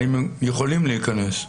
האם הם יכולים להיכנס?